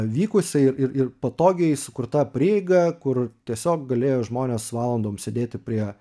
vykusiai ir ir patogiai sukurta prieiga kur tiesiog galėjo žmonės valandom sėdėti prie